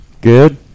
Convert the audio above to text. Good